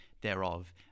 thereof